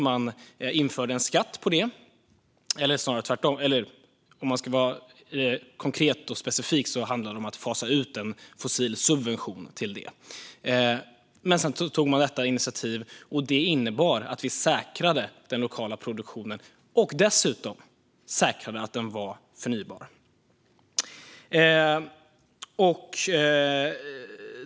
Man införde en skatt, eller snarare, om man ska vara konkret och specifik, fasade ut en fossilsubvention. Sedan tog man detta initiativ, och det innebar att vi säkrade den lokala produktionen och dessutom säkrade att den var förnybar.